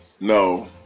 No